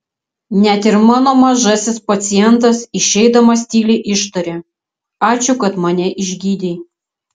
net ir mano mažasis pacientas išeidamas tyliai ištarė ačiū kad mane pagydei